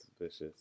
Vicious